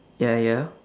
ya ya